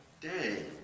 day